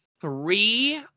three